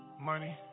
money